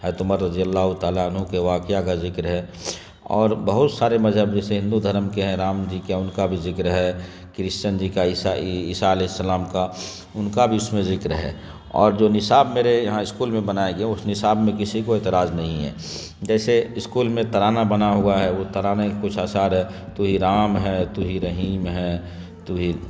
حضرت عمر رضی اللہ تعالیٰ عنہ کے واقعہ کا ذکر ہے اور بہت سارے مذہب جیسے ہندو دھرم کے ہیں رام جی کے ان کا بھی ذکر ہے کرسچن جی کا عیسائی عیسی علیہ السلام کا ان کا بھی اس میں ذکر ہے اور جو نصاب میرے یہاں اسکول میں بنایا گیا اس نصاب میں کسی کو اعتراض نہیں ہے جیسے اسکول میں ترانہ بنا ہوا ہے وہ ترانہ کے کچھ اسعار ہے تو ہی رام ہے تو ہی رحیم ہے تو ہی